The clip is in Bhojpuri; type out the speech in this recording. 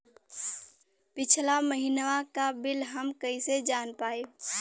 पिछला महिनवा क बिल हम कईसे जान पाइब?